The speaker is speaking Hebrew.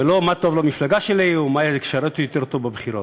ולא מה טוב למפלגה שלי או מה ישרת אותי יותר טוב בבחירות.